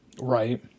Right